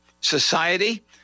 society